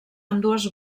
ambdues